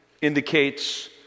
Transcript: indicates